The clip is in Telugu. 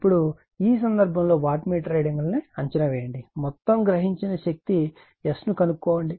ఇప్పుడు ఈ సందర్భంలో వాట్ మీటర్ రీడింగులను అంచనా వేయండి మొత్తం గ్రహించిన శక్తి s ను కనుగొనండి